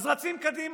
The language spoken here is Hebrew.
אז רצים קדימה.